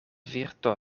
virto